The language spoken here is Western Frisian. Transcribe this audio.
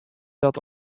dat